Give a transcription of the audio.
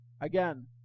Again